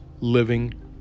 living